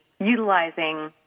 utilizing